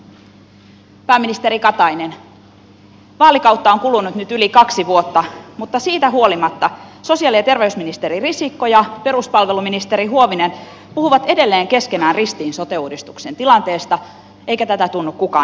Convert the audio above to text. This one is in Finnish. pääministeri katainen vaalikautta on kulunut nyt yli kaksi vuotta mutta siitä huolimatta sosiaali ja terveysministeri risikko ja peruspalveluministeri huovinen puhuvat edelleen keskenään ristiin sote uudistuksen tilanteesta eikä tätä tunnu kukaan johtavan